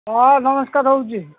ହଁ ନମସ୍କାର ରହୁଛି